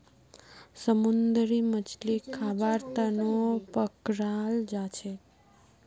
समुंदरी मछलीक खाबार तनौ पकड़ाल जाछेक